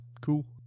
cool